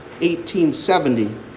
1870